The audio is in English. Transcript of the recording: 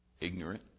ignorant